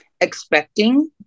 expecting